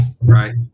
right